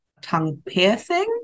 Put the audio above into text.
Tongue-piercing